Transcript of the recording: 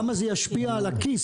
כמה זה ישפיע על הכיס.